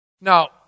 Now